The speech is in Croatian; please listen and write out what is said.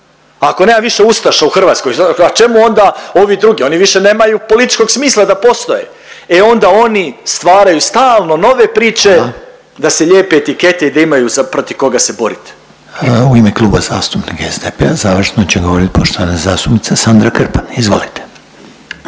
Ako nema više ustaša u Hrvatskoj, a čemu onda ovi drugi. Oni više nemaju političkog smisla da postoje. E onda oni stvaraju stalno nove priče …/Upadica Reiner: Hvala./… da se lijepe etikete i da imaju za protiv koga se borit. **Reiner, Željko (HDZ)** U ime Kluba zastupnika SDP-a završno će govorit poštovana zastupnica Sandra Krpan. Izvolite.